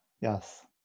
Yes